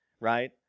right